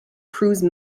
cruise